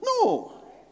No